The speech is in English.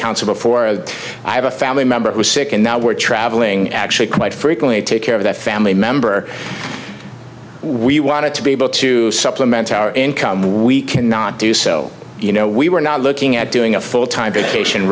counsel before i have a family member who's sick and now we're traveling actually quite frequently to take care of that family member we wanted to be able to supplement our income we cannot do so you know we were not looking at doing a full time